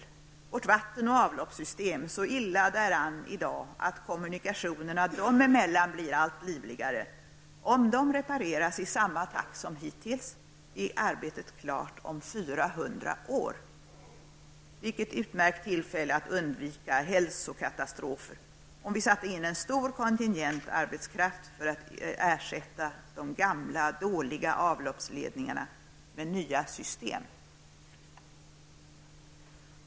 Om vårt vattensystem och vårt avloppssystem -- de är så illa däran i dag att kommunikationerna dem emellan blir allt livligare -- repareras i samma takt som hittills har varit fallet, kommer arbetet att vara klart om 400 år. Men vilket utmärkt arbetstillfälle att undvika hälsokatastrofer vore det då inte om en stor kontingent av arbetskraft sattes in för att arbeta med att ersätta de gamla dåliga avloppsledningarna med nya system!